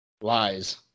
Lies